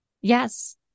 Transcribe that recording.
Yes